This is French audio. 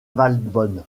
valbonne